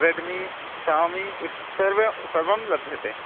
रड्मि सोमि सर्वे सर्वं लभ्यते